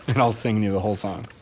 and i'll sing you the whole song.